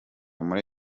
muri